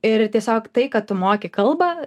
ir tiesiog tai kad tu moki kalbą